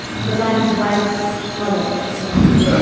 because i'm his wife's mother, so i'm his um